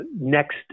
next